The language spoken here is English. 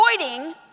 avoiding